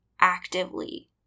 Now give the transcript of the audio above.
actively